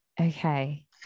Okay